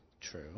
True